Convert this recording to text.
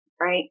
right